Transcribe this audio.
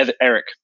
Eric